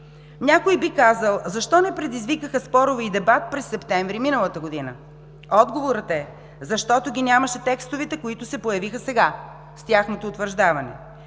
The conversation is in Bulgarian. Някой би казал: защо не предизвикаха спорове и дебат през септември миналата година? Отговорът е: защото ги нямаше текстовете, които се появиха сега, с тяхното утвърждаване.